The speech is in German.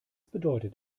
bedeutet